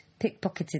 Pickpocketed